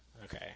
Okay